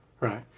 right